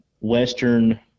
western